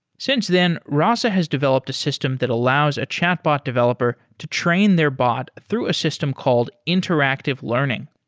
since then, rasa has developed a system that allows a chatbot developer to train their bot through a system called interactive learning.